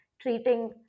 treating